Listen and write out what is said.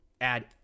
add